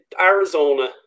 arizona